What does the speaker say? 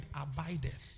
abideth